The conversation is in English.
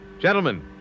gentlemen